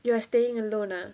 you are staying alone ah